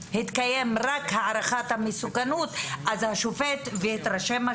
אם התקיימה רק הערכת המסוכנות והשופט התרשם,